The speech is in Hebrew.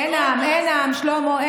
אין עם, אין עם, שלמה.